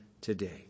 today